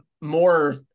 more